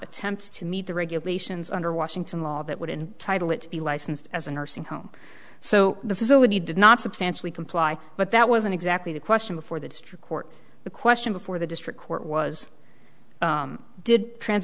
attempt to meet the regulations under washington law that would entitle it to be licensed as a nursing home so the facility did not substantially comply but that wasn't exactly the question before the district court the question before the district court was did trans